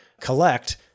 collect